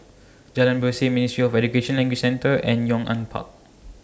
Jalan Berseh Ministry of Education Language Centre and Yong An Park